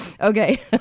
okay